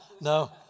No